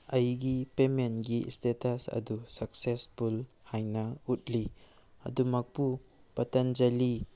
ꯑꯩꯒꯤ ꯄꯦꯃꯦꯟꯒꯤ ꯏꯁꯇꯦꯇꯁ ꯑꯗꯨ ꯁꯛꯁꯦꯁꯐꯨꯜ ꯍꯥꯏꯅ ꯎꯠꯂꯤ ꯑꯗꯨꯃꯛꯄꯨ ꯄꯇꯟꯖꯂꯤ